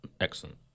excellent